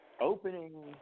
opening